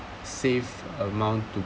safe amount to